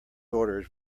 orders